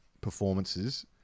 performances